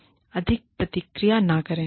स्थितियों के प्रति अधिक प्रतिक्रिया न करें